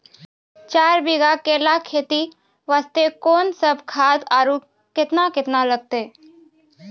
चार बीघा केला खेती वास्ते कोंन सब खाद आरु केतना केतना लगतै?